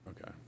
Okay